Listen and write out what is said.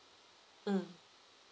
mm